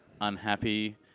unhappy